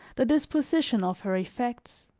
the disposition of her effects.